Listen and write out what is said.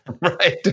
Right